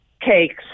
cakes